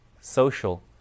social